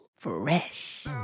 fresh